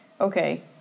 okay